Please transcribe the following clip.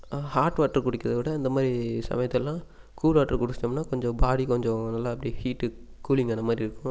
hot water குடிக்கிறதை விட இந்த மாதிரி சமயத்துலலாம் கூல் வாட்டர் குடிச்சிட்டோம்னா கொஞ்சம் பாடி கொஞ்சம் நல்லா அப்படியே ஹீட்டு கூலிங் வர மாதிரி இருக்கும்